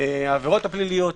העבירות הפליליות,